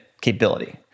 capability